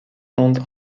rond